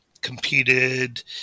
competed